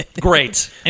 Great